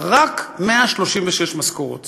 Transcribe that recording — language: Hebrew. רק 136 משכורות צריך.